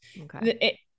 Okay